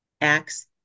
acts